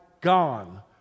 gone